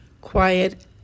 quiet